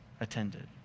attended